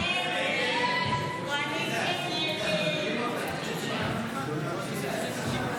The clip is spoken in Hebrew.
הסתייגות 42 לא נתקבלה.